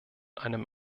einem